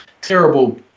terrible